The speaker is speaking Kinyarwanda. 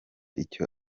icyo